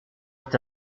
est